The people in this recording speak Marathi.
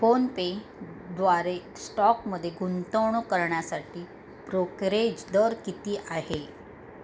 फोन पेद्वारे स्टॉकमध्ये गुंतवणूक करण्यासाठी ब्रोकरेज दर किती आहे